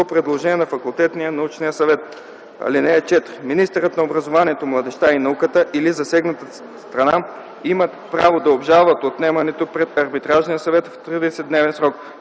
предложение на факултетния/научен съвет. (4) Министърът на образованието, младежта и науката или засегнатата страна имат право да обжалват отнемането пред Арбитражния съвет в 30-дневен срок.